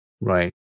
Right